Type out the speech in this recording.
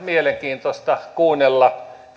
mielenkiintoista kuunnella